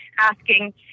asking